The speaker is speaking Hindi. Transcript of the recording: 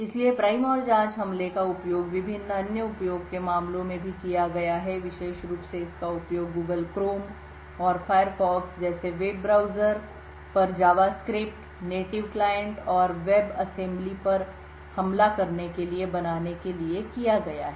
इसलिए प्राइम और जांच हमले का उपयोग विभिन्न अन्य उपयोग के मामलों में भी किया गया है विशेष रूप से इसका उपयोग Google क्रोम और फ़ायरफ़ॉक्स जैसे वेब ब्राउज़र पर जावास्क्रिप्ट मूल ग्राहक नेटिव क्लाइंट और वेब असेंबली पर हमला करने के लिए बनाने के लिए किया गया है